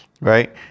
right